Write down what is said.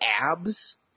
abs